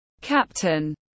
Captain